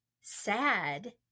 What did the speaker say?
sad